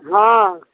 हँ